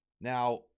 now